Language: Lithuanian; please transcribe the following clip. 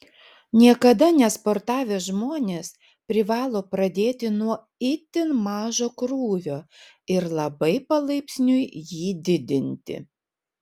niekada nesportavę žmonės privalo pradėti nuo itin mažo krūvio ir labai palaipsniui jį didinti